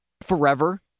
Forever